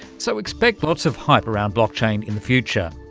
so expect lots of hype around blockchain in the future.